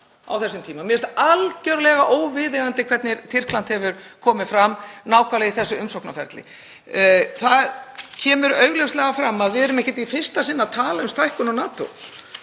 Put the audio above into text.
á þessum tíma. Mér finnst algerlega óviðeigandi hvernig Tyrkland hefur komið fram nákvæmlega í þessu umsóknarferli. Það kemur augljóslega fram að við erum ekkert í fyrsta sinn að tala um stækkun á NATO,